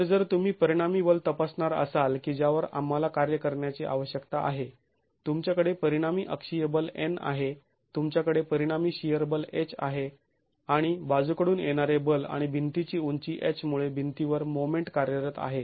तर जर तुम्ही परिणामी बल तपासणार असाल की ज्यावर आम्हाला कार्य करण्याची आवश्यकता आहे तुमच्याकडे परिणामी अक्षीय बल N आहे तुमच्याकडे परिणामी शिअर बल H आहे आणि बाजूकडून येणारे बल आणि भिंतीची उंची h मुळे भिंतीवर मोमेंट कार्यरत आहे